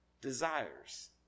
desires